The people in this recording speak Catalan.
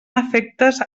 afectes